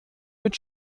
mit